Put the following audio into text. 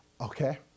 Okay